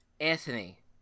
Anthony